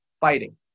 fighting